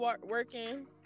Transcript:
working